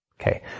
Okay